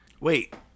Wait